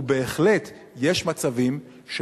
ובהחלט יש מצבים,